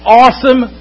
awesome